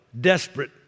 desperate